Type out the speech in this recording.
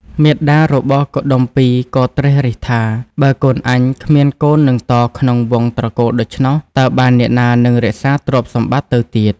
មាតារបស់កុដុម្ពីក៍ ក៏ត្រិះរិះថា "បើកូនអញគ្មានកូននឹងតក្នុងវង្ស ត្រកូលដូច្នោះ តើបានអ្នកណានឹងរក្សាទ្រព្យសម្បត្តិទៅទៀត”។